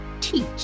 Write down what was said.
teach